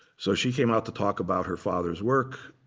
so she came out to talk about her father's work.